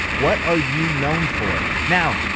what are you known for? now,